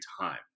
Time